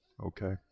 Okay